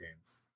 games